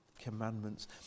commandments